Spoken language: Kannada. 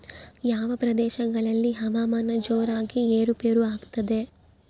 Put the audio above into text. ಯಾವ ಪ್ರದೇಶಗಳಲ್ಲಿ ಹವಾಮಾನ ಜೋರಾಗಿ ಏರು ಪೇರು ಆಗ್ತದೆ?